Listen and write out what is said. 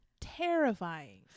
terrifying